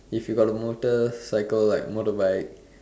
if you got the motorcycle like motorbike